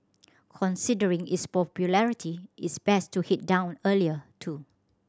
considering its popularity it's best to head down earlier too